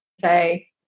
say